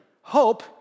Hope